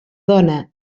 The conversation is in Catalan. dona